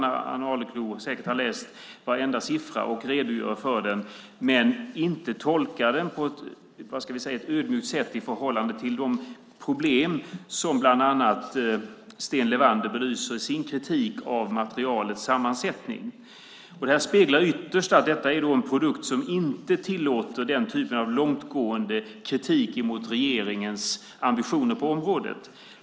Ann Arleklo har säkert läst varenda redogjord siffra. Men siffrorna tolkas inte på ett, kan vi säga, ödmjukt sätt i förhållande till de problem som bland annat Sten Levander belyser i sin kritik mot materialets sammansättning. Ytterst speglar det att detta är en produkt som inte tillåter den typen av långtgående kritik mot regeringens ambitioner på området.